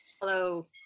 Hello